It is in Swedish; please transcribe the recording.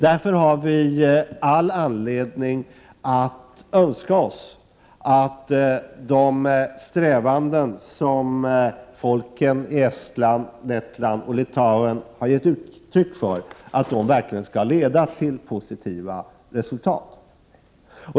Därför har vi all anledning att önska oss att de Prot. 1988/89:30 strävanden som folken i Estland, Lettland och Litauen låtit komma till 23 november 1988 uttryck verkligen skall leda till positiva resultat.